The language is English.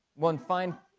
one fine